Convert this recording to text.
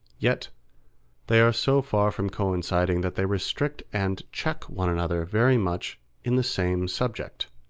yet they are so far from coinciding that they restrict and check one another very much in the same subject.